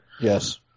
Yes